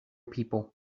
people